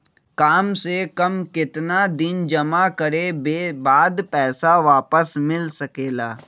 काम से कम केतना दिन जमा करें बे बाद पैसा वापस मिल सकेला?